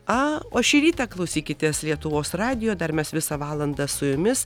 aa o šį rytą klausykitės lietuvos radijo dar mes visą valandą su jumis